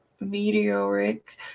meteoric